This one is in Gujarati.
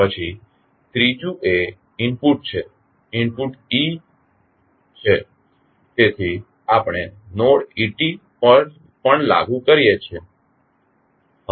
પછી ત્રીજુ એ ઇનપુટ છે ઇનપુટ e છે તેથી આપણે નોડ et પર પણ લાગુ કરીએ છીએ